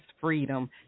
freedom